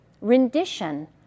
rendition